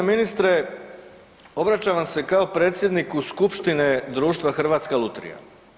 G. ministre, obraćam vam se kao predsjedniku Skupštine društva Hrvatske lutrije.